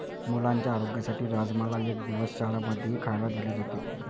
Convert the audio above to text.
मुलांच्या आरोग्यासाठी राजमाला एक दिवस शाळां मध्येही खायला दिले जाते